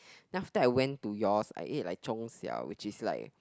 then after I went to yours I eat like 中小 which is like